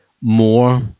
more